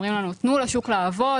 אומרים לנו תנו לשוק לעבוד,